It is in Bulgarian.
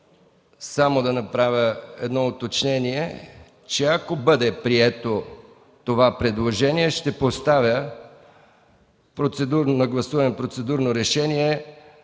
Ще направя едно уточнение. Ако бъде прието това предложение, ще поставя на гласуване процедурно решение